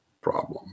problem